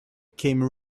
came